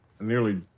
nearly